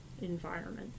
environment